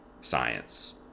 science